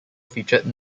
featured